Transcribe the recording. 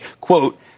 quote